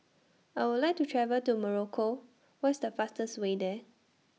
I Would like to travel to Morocco What IS The fastest Way There